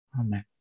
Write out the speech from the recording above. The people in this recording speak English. Amen